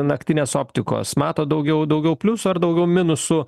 naktinės optikos matot daugiau daugiau pliusų ar daugiau minusų